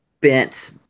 bent